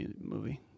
movie